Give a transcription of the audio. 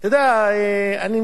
אני נמצא פה,